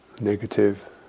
negative